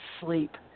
sleep